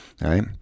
right